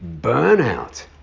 burnout